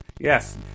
Yes